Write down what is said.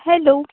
hello